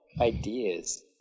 ideas